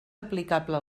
aplicable